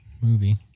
movie